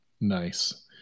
Nice